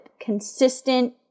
consistent